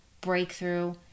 breakthrough